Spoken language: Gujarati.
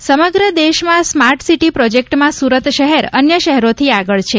સ્માર્ટ સીટી પ્રોજેક્ટ સમગ્ર દેશમાં સ્માર્ટ સીટી પ્રોજેક્ટમાં સુરત શહેર અન્ય શહેરોથી આગળ છે